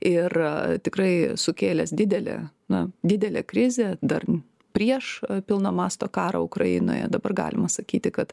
ir tikrai sukėlęs didelę na didelę krizę dar prieš pilno masto karą ukrainoje dabar galima sakyti kad